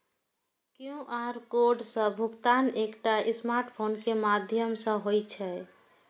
QR code सं भुगतान एकटा स्मार्टफोन के माध्यम सं होइ छै